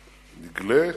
נגלה,